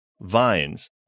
vines